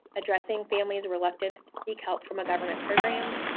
addressing families' reluctance to seek help from a government program,